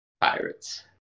Pirates